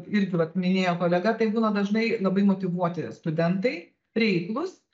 irgi vat minėjo kolega tai būna dažnai labai motyvuoti studentai reiklūs